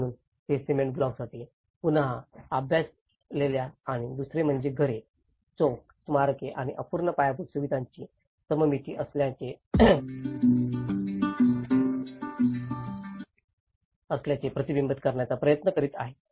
म्हणूनच ते सिमेंट ब्लॉकसाठी पूर्णतः अभ्यासलेल्या आणि दुसरे म्हणजे घरे चौक स्मारके आणि अपूर्ण पायाभूत सुविधांची सममिती असल्याचे प्रतिबिंबित करण्याचा प्रयत्न करीत आहेत